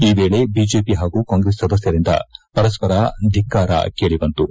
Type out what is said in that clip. ಈ ವೇಳೆ ಬಿಜೆಪಿ ಹಾಗೂ ಕಾಂಗ್ರೆಸ್ ಸದಸ್ತರಿಂದ ಪರಸ್ಪರ ಧಿಕ್ಕಾರ ಕೇಳಿ ಬಂತು